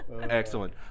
excellent